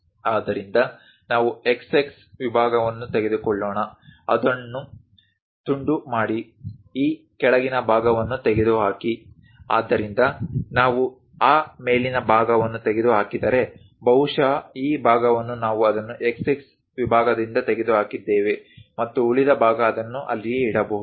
ಆದ್ದರಿಂದ ನಾವು x x ವಿಭಾಗವನ್ನು ತೆಗೆದುಕೊಳ್ಳೋಣ ಅದನ್ನು ತುಂಡು ಮಾಡಿ ಈ ಮೇಲಿನ ಭಾಗವನ್ನು ತೆಗೆದುಹಾಕಿ ಆದ್ದರಿಂದ ನಾವು ಆ ಮೇಲಿನ ಭಾಗವನ್ನು ತೆಗೆದುಹಾಕಿದರೆ ಬಹುಶಃ ಈ ಭಾಗವನ್ನು ನಾವು ಅದನ್ನು x x ವಿಭಾಗದಿಂದ ತೆಗೆದುಹಾಕಿದ್ದೇವೆ ಮತ್ತು ಉಳಿದ ಭಾಗ ಅದನ್ನು ಅಲ್ಲಿಯೇ ಇಡಬಹುದು